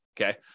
okay